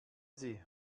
sie